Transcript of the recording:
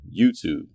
YouTube